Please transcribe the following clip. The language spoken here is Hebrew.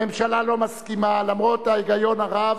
הממשלה לא מסכימה, למרות ההיגיון הרב,